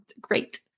Great